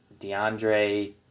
DeAndre –